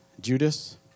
Judas